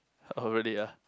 oh really ah